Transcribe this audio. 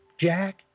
Jack